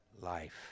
Life